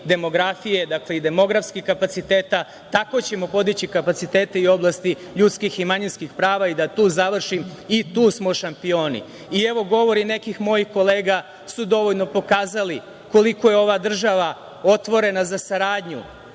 demografije i demografskih kapaciteta, tako ćemo podići kapacitete i u oblasti ljudskih i manjinskih prava i, da tu završim, i tu smo šampioni. Evo govori nekih mojih kolega su dovoljno pokazali koliko je ova država otvorena za saradnju,